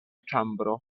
ĉambro